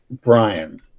Brian